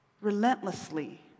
relentlessly